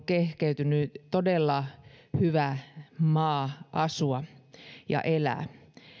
kehkeytynyt todella hyvä maa asua ja elää